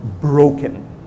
broken